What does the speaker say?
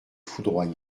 foudroyé